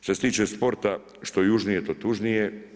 Što se tiče sporta što južnije to tužnije.